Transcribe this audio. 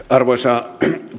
arvoisa